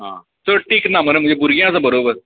आं चड तीख ना मरे म्हणजे भुरगीं आसा बरोबर